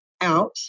out